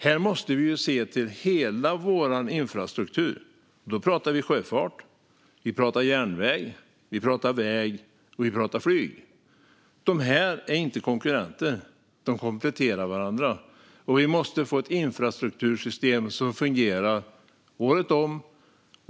Vi måste se till hela vår infrastruktur. Då pratar jag om sjöfart, om järnväg, om väg och om flyg. De är inte konkurrenter. De kompletterar varandra. Vi måste få ett infrastruktursystem som fungerar året om.